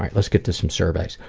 let's get to some surveys.